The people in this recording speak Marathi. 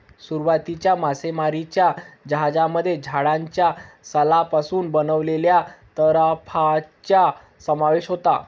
सुरुवातीच्या मासेमारीच्या जहाजांमध्ये झाडाच्या सालापासून बनवलेल्या तराफ्यांचा समावेश होता